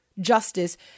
justice